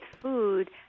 food